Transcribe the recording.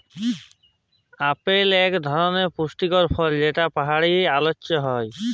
apple ইক ধরলের পুষ্টিকর ফল যেট পাহাড়ি অল্চলে হ্যয়